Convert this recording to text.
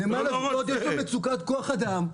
יש לו מצוקת כוח אדם.